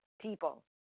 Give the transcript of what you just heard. people